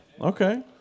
Okay